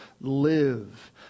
live